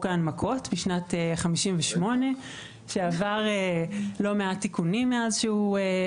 ההנמקות משנת 1958 שנעבר לא מעט תיקונים מאז חוקק.